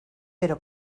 pero